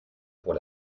pour